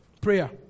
Prayer